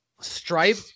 Stripe